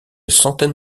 centaine